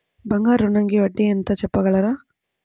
బంగారు ఋణంకి వడ్డీ ఎంతో చెప్పగలరా?